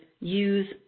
use